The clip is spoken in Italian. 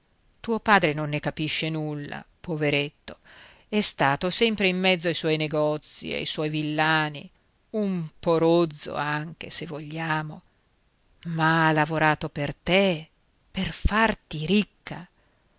tuo padre non ne capisce nulla poveretto è stato sempre in mezzo ai suoi negozi ai suoi villani un po rozzo anche se vogliamo ma ha lavorato per te per farti ricca